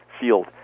field